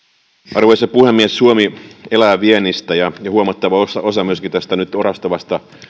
arvoisa puhemies suomi elää viennistä ja huomattava osa myöskin tästä nyt orastavasta